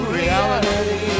reality (